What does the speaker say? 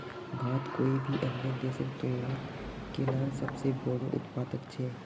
भारत कोई भी अन्य देशेर तुलनात केलार सबसे बोड़ो उत्पादक छे